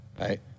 right